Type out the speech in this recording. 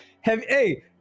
hey